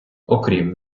окрім